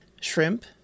shrimp